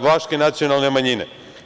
vlaške nacionalne manjine.